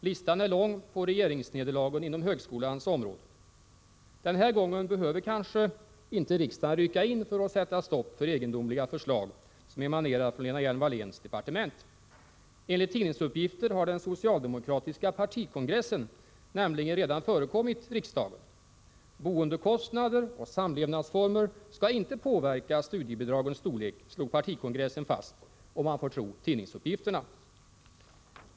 Listan är lång på regeringsnederlagen inom högskolans områden. Den här gången behöver kanske inte riksdagen rycka in för att sätta stopp för egendomliga förslag, som emanerar från Lena Hjelm-Walléns departement. Enligt tidningsuppgifter har den socialdemokratiska partikongressen nämligen redan förekommit riksdagen. Boendekostnad och samlevnadsformer skall inte påverka studiebidragens storlek, slog partikongressen fast — om man får tro tidningsuppgifterna.